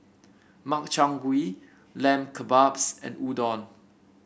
Makchang Gui Lamb Kebabs and Udon